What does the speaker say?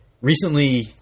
recently